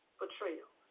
betrayal